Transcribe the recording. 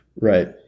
Right